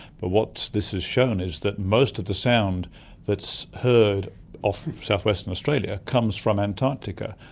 but what this has shown is that most of the sound that's heard off south-western australia comes from antarctica.